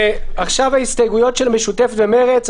עכשיו ההסתייגות של הרשימה המשותפת ושל מרצ,